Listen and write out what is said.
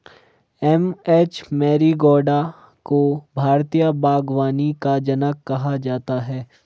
M H Marigowda को भारतीय बागवानी का जनक कहा जाता है